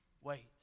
Wait